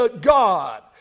God